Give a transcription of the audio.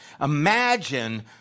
Imagine